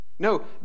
No